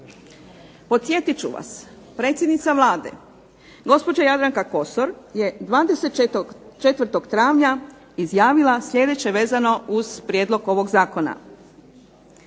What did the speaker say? Podsjetit ću vas. Predsjednica Vlade gospođa Jadranka Kosor je 24. travnja izjavila sljedeće vezano uz prijedlog ovog zakona.